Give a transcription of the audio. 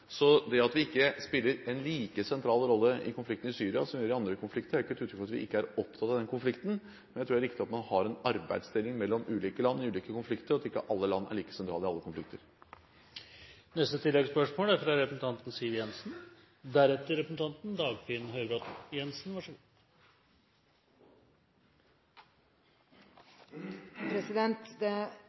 Det at vi ikke spiller en like sentral rolle i konflikten i Syria som vi gjør i andre konflikter, er ikke et uttrykk for at vi ikke er opptatt av konflikten, men jeg tror det er riktig at man har en arbeidsdeling mellom ulike land i ulike konflikter, og at ikke alle land er like sentrale i alle konflikter.